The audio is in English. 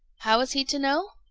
how was he to know?